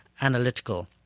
Analytical